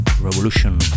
Revolution